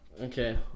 Okay